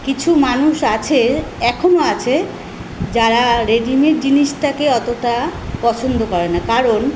কিছু মানুষ আছে এখনও আছে যারা রেডিমেড জিনিসটাকে অতটা পছন্দ করে না কারণ